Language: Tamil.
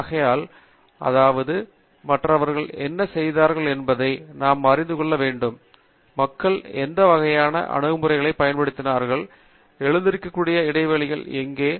ஆகையால் மற்றவர்கள் செய்தவைகளுக்கு அப்பால் போகும் அணுகுமுறைகளைப் பயன்படுத்த வேண்டும் அதாவது மற்றவர்கள் என்ன செய்தார்கள் என்பதை நாம் அறிந்துகொள்ள வேண்டும் மக்கள் எந்த வகையான அணுகுமுறைகளை பயன்படுத்தினார்கள் எழுந்திருக்கக்கூடிய இடைவெளிகள் எங்கே